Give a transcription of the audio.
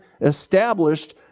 established